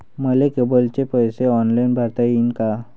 मले केबलचे पैसे ऑनलाईन भरता येईन का?